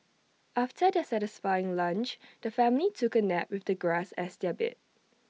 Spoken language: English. after their satisfying lunch the family took A nap with the grass as their bed